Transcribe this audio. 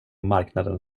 marknaden